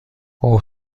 اوه